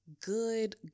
good